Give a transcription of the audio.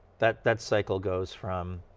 that that cycle goes from,